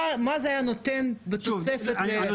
מה זה היה נותן בתוספת ל --- אני יודע